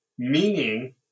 meaning